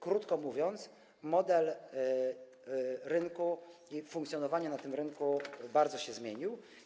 Krótko mówiąc, model rynku i funkcjonowanie na tym rynku bardzo się zmieniły.